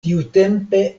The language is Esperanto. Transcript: tiutempe